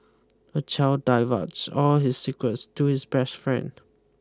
the child divulged all his secrets to his best friend